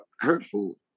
hurtful